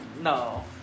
No